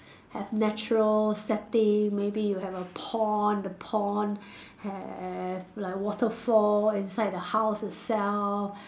have natural setting maybe you have a pond the pond have like waterfall inside the house itself